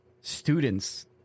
students